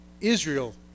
Israel